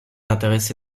intéressé